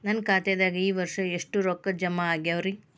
ನನ್ನ ಖಾತೆದಾಗ ಈ ವರ್ಷ ಎಷ್ಟು ರೊಕ್ಕ ಜಮಾ ಆಗ್ಯಾವರಿ?